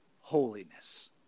holiness